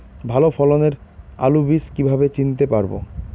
ভালো ফলনের আলু বীজ কীভাবে চিনতে পারবো?